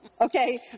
okay